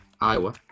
Iowa